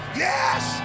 yes